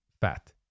fat